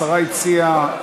השרה הציעה,